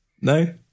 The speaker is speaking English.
No